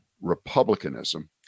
Republicanism